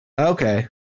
Okay